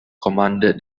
commanded